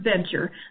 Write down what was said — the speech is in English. venture